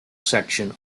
section